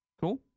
Cool